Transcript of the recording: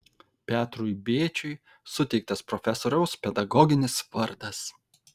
petrui bėčiui suteiktas profesoriaus pedagoginis vardas